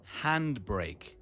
Handbrake